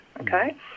Okay